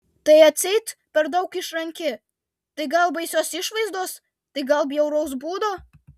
tai atseit per daug išranki tai gal baisios išvaizdos tai gal bjauraus būdo